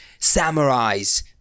samurais